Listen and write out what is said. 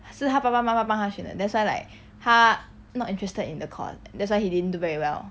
是他爸爸妈妈帮他选的 that's why like 他 not interested in the course that's why he didn't do very well